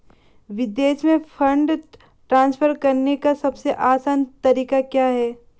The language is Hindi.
विदेश में फंड ट्रांसफर करने का सबसे आसान तरीका क्या है?